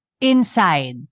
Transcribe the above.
inside